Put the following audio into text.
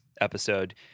episode